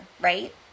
right